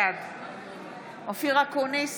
בעד אופיר אקוניס,